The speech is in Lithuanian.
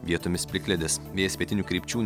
vietomis plikledis vėjas pietinių krypčių